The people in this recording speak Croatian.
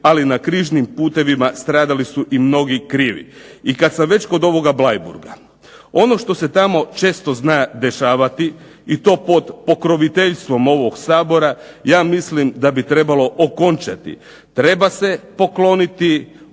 ali na križnim putevima stradali su i mnogi krivi. I kad sam već kod ovoga Bleiburga, ono što se tamo često zna dešavati i to pod pokroviteljstvom ovog Sabora, ja mislim da bi trebalo okončati. Treba se pokloniti žrtvama